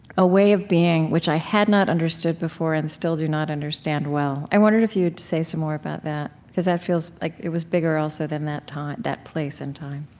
a way of being which i had not understood before and still do not understand well. i wondered if you would say some more about that, because that feels like it was bigger, also, than that time, that place in time